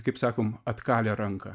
kaip sakom atkalę ranką